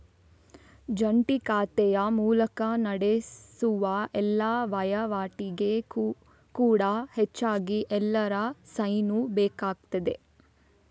ಜಂಟಿ ಖಾತೆಯ ಮೂಲಕ ನಡೆಸುವ ಎಲ್ಲಾ ವೈವಾಟಿಗೆ ಕೂಡಾ ಹೆಚ್ಚಾಗಿ ಎಲ್ಲರ ಸೈನು ಬೇಕಾಗ್ತದೆ